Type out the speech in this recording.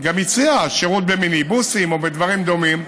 גם הציעה שירות במיניבוסים או בדברים דומים,